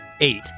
eight